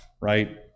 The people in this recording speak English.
Right